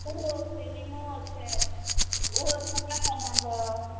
दुन्नुओ छै नीमुओ छै ओहो सङ्गे सङ्गे देब